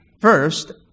first